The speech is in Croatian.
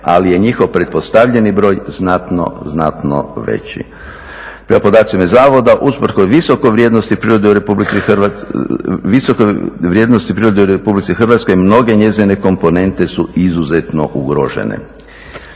ali je njihov pretpostavljani broj znatno, znatno veći. Prema podacima iz zavoda usprkos visokoj vrijednosti prirode u Republici Hrvatskoj, visoke vrijednosti prirode